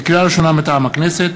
לקריאה ראשונה, מטעם הכנסת: